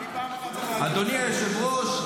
--- אדוני היושב-ראש,